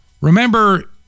Remember